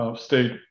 state